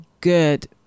good